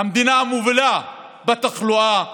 המדינה המובילה בתחלואה בעולם.